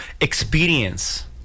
experience